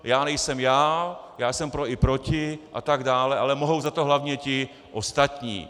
Já nejsem já, já jsem pro i proti atd., ale mohou za to hlavně ti ostatní!